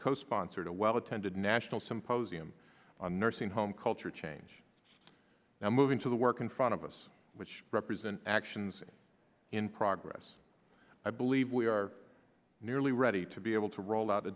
co sponsored a well attended national symposium on nursing home culture change it's now moving to the work in front of us which represent actions in progress i believe we are nearly ready to be able to roll out a